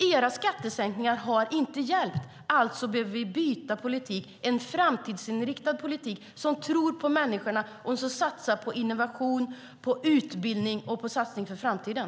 Era skattesänkningar har inte hjälpt, alltså behöver vi byta politik till en framtidsinriktad sådan som tror på människorna och som satsar på innovation, utbildning och på framtiden.